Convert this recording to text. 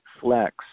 flex